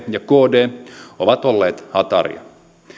ja kdn ovat olleet hataria